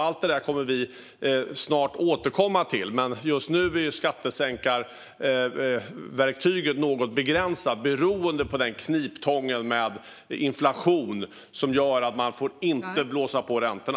Allt detta kommer vi snart att återkomma till, men just nu är skattesänkarverktyget något begränsat beroende på den kniptång i form av inflation som gör att man inte får blåsa på räntorna.